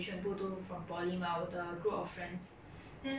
how do I say it's the stress lah really really